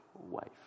wife